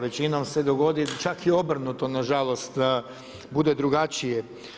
Većinom se dogodi, čak i obrnuto na žalost bude drugačije.